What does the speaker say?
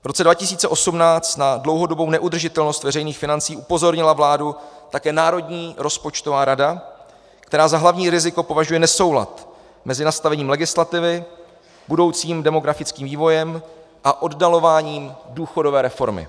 V roce 2018 na dlouhodobou neudržitelnost veřejných financí upozornila vládu také Národní rozpočtová rada, která za hlavní riziko považuje nesoulad mezi nastavením legislativy, budoucím demografickým vývojem a oddalováním důchodové reformy.